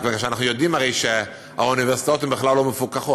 מכיוון שאנחנו יודעים הרי שהאוניברסיטאות הן בכלל לא מפוקחות,